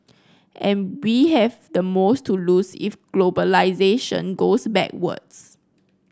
and we have the most to lose if globalisation goes backwards